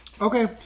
Okay